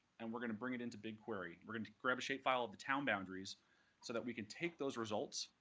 and we're going to bring it into bigquery. we're going to grab a shapefile of the town boundaries so that we can take those results,